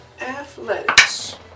Athletics